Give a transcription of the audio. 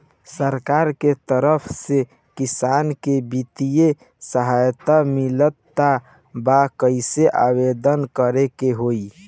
सरकार के तरफ से किसान के बितिय सहायता मिलत बा कइसे आवेदन करे के होई?